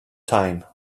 time